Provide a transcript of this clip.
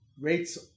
rates